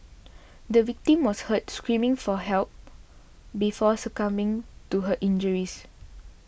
the victim was heard screaming for help before succumbing to her injuries